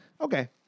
Okay